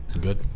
Good